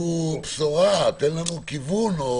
איזו בשורה, איזה כיוון.